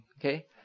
Okay